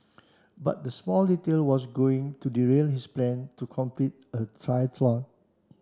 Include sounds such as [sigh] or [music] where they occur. but that small detail was going to derail his plan to complete a [unintelligible]